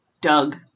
doug